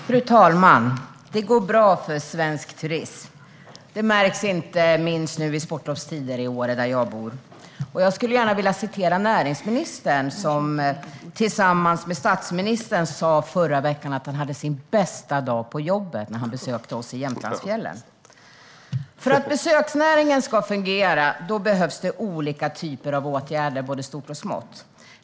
Fru talman! Det går bra för svensk turism. Det märks inte minst nu i sportlovstider i Åre, där jag bor. Jag skulle gärna vilja nämna något som näringsministern sa i förra veckan när han tillsammans med statsministern besökte oss i Jämtlandsfjällen, nämligen att han hade sin bästa dag på jobbet. För att besöksnäringen ska fungera behövs det olika typer av åtgärder i både stort och smått.